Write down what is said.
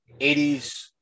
80s